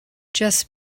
just